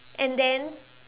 and then